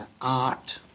art